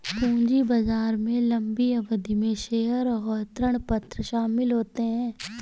पूंजी बाजार में लम्बी अवधि में शेयर और ऋणपत्र शामिल होते है